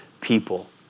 people